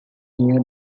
near